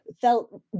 felt